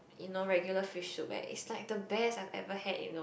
you know regular fish soup eh you know it's like the best I ever had you know